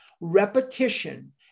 Repetition